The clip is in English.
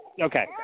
Okay